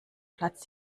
platz